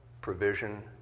provision